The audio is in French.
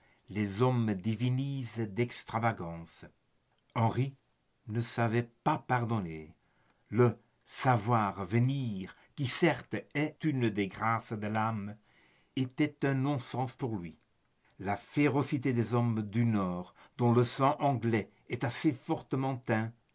les hommes divinisent des extravagances henri ne savait pas pardonner le savoir revenir qui certes est une des grâces de l'âme était un non-sens pour lui la férocité des hommes du nord dont le sang anglais est assez fortement